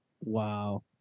wow